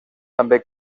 també